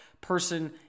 person